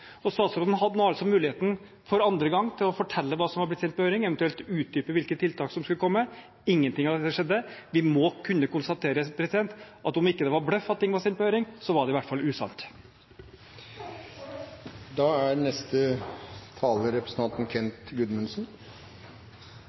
Statsråden hadde nå altså muligheten – for andre gang – til å fortelle hva som var blitt sendt på høring, eventuelt utdype hvilke tiltak som skulle komme. Ingenting av dette skjedde. Vi må kunne konstatere at om ikke det var bløff at ting var sendt på høring, så var det i hvert fall